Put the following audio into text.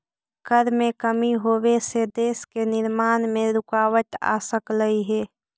कर में कमी होबे से देश के निर्माण में रुकाबत आ सकलई हे